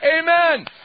Amen